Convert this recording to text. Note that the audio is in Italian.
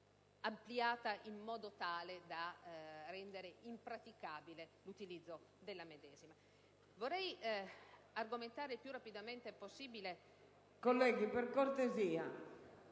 interpretata in modo tale da rendere impraticabile l'utilizzo della medesima.